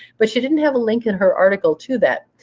but she didn't have a link in her article to that.